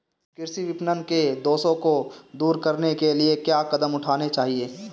कृषि विपणन के दोषों को दूर करने के लिए क्या कदम उठाने चाहिए?